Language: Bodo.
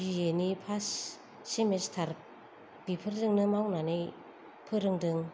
बिए नि फार्स्त सेमिस्टार बेफोरजोंनो मावनानै फोरोंदों